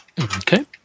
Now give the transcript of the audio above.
Okay